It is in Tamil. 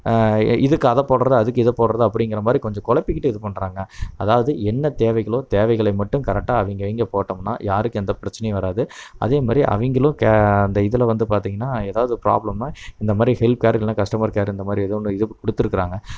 இதுக்கு அதை போடுறது அதுக்கு இதை போடுறது அப்படிங்கிறமாரி கொஞ்சம் குழப்பிக்கிட்டு இது பண்ணுறாங்க அதாவது என்ன தேவைகளோ தேவைகளை மட்டும் கரெக்டாக அவங்க அவங்க போட்டோம்னால் யாருக்கும் எந்த பிரச்சனையும் வராது அதேமாதிரி அவங்களும் கே அந்த இதில் வந்து பார்த்திங்கனா ஏதாவது பிராப்ளம்னால் இந்தமாதிரி ஹெல்ப் கேர் இல்லைனா கஸ்டமர் கேர் இந்தமாதிரி ஏதோ ஒன்று இது கொடுத்துருக்காங்க